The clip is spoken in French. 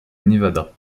nevada